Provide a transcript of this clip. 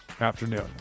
afternoon